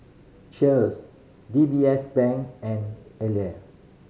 Cheers D B S Bank and